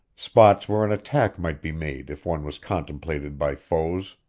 spots where an attack might be made if one was contemplated by foes.